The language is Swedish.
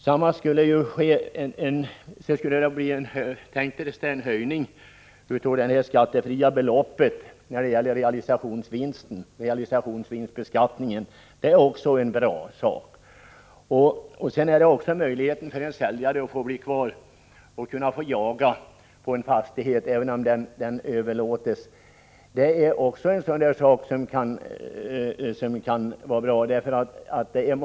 Vidare fanns där också tanken på en höjning av det skattefria beloppet i fråga om realisationsvinstbeskattningen, och det är också en bra sak. Dessutom gäller det möjligheten för en säljare av en fastighet att få vara kvar på denna och jaga där, även efter överlåtelsen av fastigheten. Det är ytterligare en sak som det kunde vara bra att överväga.